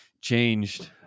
changed